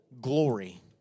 glory